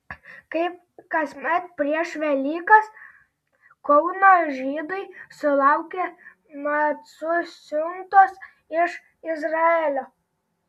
kaip kasmet prieš velykas kauno žydai sulaukė macų siuntos iš izraelio